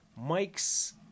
Mike's